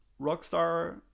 Rockstar